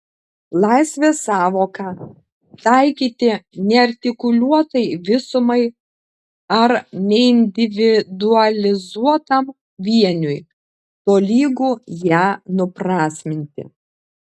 laisvės sąvoką taikyti neartikuliuotai visumai ar neindividualizuotam vieniui tolygu ją nuprasminti